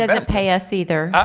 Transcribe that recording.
doesn't pay us either!